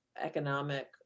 economic